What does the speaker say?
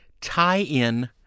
tie-in